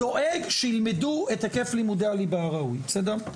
דואג שילמדו את היקף לימודי הליבה הראוי בסדר?